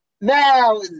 Now